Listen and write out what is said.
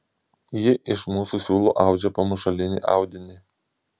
ji iš mūsų siūlų audžia pamušalinį audinį